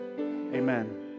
Amen